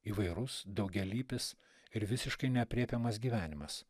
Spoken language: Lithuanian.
įvairus daugialypis ir visiškai neaprėpiamas gyvenimas